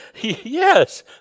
Yes